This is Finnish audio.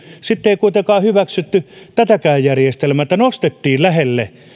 sitten ei kuitenkaan hyväksytty tätäkään järjestelmää että nostettiin lähelle